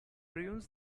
ruins